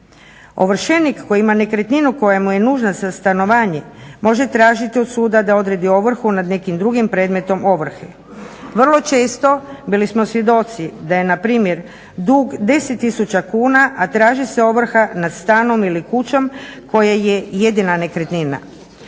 Ovršenik koji ima nekretninu koja mu je nužna za stanovanje može tražiti od suda da odredi ovrhu nad nekim drugim predmetom ovrhe. Vrlo često bili smo svjedoci da je npr. dug deset tisuća kuna a traži se ovrha nad stanom ili kućom koje je jedina nekretnina.